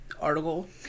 article